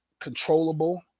controllable